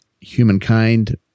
humankind